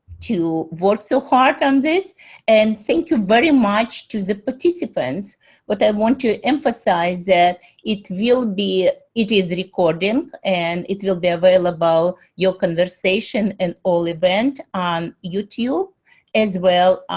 to work so hard on this and thank you very much to the participants what they want to emphasize that it will be, it is recording and it will be available. your conversation and all event on youtube as well. ah,